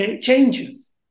changes